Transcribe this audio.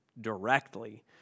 directly